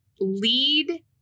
lead